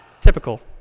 Typical